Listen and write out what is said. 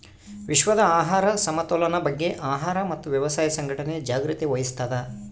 ವಿಶ್ವದ ಆಹಾರ ಸಮತೋಲನ ಬಗ್ಗೆ ಆಹಾರ ಮತ್ತು ವ್ಯವಸಾಯ ಸಂಘಟನೆ ಜಾಗ್ರತೆ ವಹಿಸ್ತಾದ